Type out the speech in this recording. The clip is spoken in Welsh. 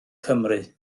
cymru